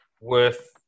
worth